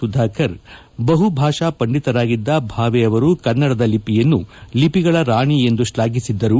ಸುಧಾಕರ್ ಬಹುಭಾಷಾ ಪಂಡಿತರಾಗಿದ್ದ ಭಾವೆ ಅವರು ಕನ್ನಡದ ಲಿಪಿಯನ್ನು ಲಿಪಿಗಳ ರಾಣಿ ಎಂದು ಶ್ಲಾಘಿಸಿದ್ದರು